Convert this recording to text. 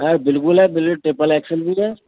ہ بالکل ہے بالکل ٹپل ایکسل بھی ہے